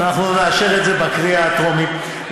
אנחנו נאשר את זה בקריאה הטרומית.